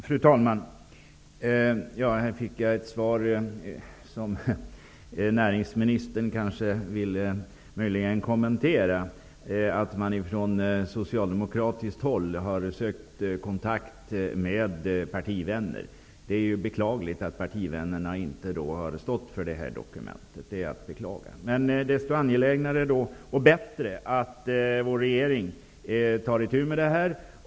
Fru talman! Jag fick här ett svar, som näringsministern kanske möjligen vill kommentera, att man från socialdemokratiskt håll har sökt kontakt med partivänner. Det är att beklaga att partivännerna inte har stått för det här dokumentet. Men desto angelägnare och bättre är det då att vår regering tar itu med det här.